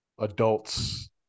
Adults